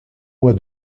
mois